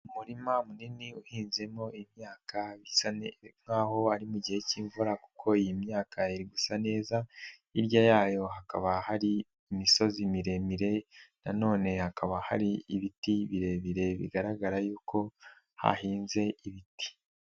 Umurima munini uhinzemo imyaka bisa nk'aho ari mu gihe k'imvura kuko iyi myaka iri gusa neza, hirya yayo hakaba hari imisozi miremire, nanone hakaba hari ibiti birebire bigaragara yuko hahinze ibiti.